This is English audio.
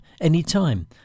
anytime